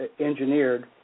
engineered